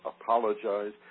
apologize